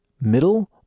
middle